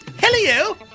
Hello